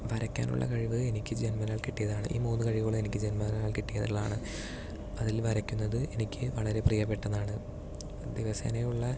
വരയ്ക്കാനുള്ള കഴിവ് എനിക്ക് ജന്മനാൽ കിട്ടിയതാണ് ഈ മൂന്നു കഴിവുകളും എനിക്ക് ജന്മനാൽ കിട്ടിയതാണ് അതിൽ വരയ്ക്കുന്നത് എനിക്ക് വളരെ പ്രിയപ്പെട്ടതാണ് ദിവസേനയുള്ള